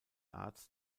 arzt